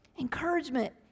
encouragement